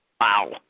Wow